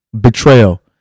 betrayal